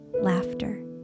laughter